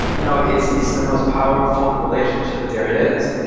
you know, it's it's the most powerful relationship there is.